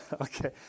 Okay